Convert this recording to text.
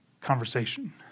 conversation